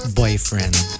boyfriend